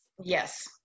Yes